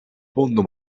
fondo